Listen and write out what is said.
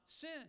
sin